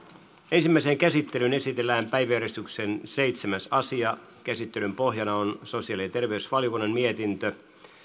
ensimmäiseen käsittelyyn esitellään päiväjärjestyksen seitsemäs asia käsittelyn pohjana on sosiaali ja terveysvaliokunnan mietintö